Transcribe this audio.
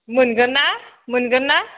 मोनगोन ना मोनगोन ना